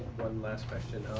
one last question,